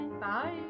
bye